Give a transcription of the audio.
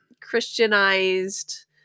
Christianized